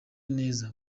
neza